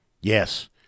Yes